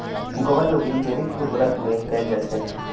गोबर के उपयोग जैविक उर्वरक में कैएल जाई छई